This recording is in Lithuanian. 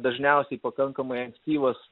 dažniausiai pakankamai ankstyvas